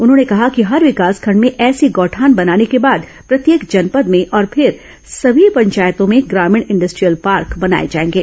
उन्होंने कहा कि हर विकासखंड में ऐसे गौठान बनाने के बाद प्रत्येक जनपद में और फिर सभी पंचायतों में ग्रामीण इंडस्ट्रीयल पार्क बनाए जाएंगे